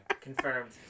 confirmed